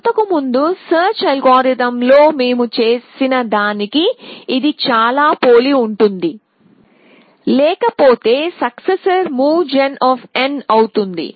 అంతకుముందు సెర్చ్ అల్గోరిథంలో మేము చేసినదానికి ఇది చాలా పోలి ఉంటుంది లేకపోతే సక్సెసర్ movegen అవుతుంది